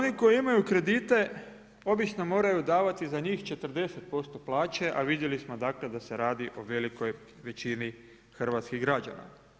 Oni koji imaju kredite, obično moraju davati za njih 40% plaće, a vidjeli smo dakle, da se radi o velikoj većini hrvatskih građana.